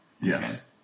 Yes